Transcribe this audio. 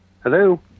Hello